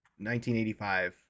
1985